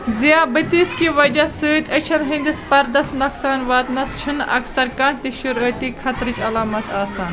ضِیابطیس کہِ وجہ سۭتۍ أچھن ہٕنٛدِس پردس نۄقصان واتنس چھِنہٕ اکثر کانٛہہ تہِ شروٗعٲتی خطرٕچہِ علامات آسان